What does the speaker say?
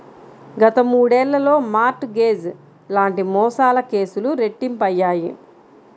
గత మూడేళ్లలో mortgage లాంటి మోసాల కేసులు రెట్టింపయ్యాయి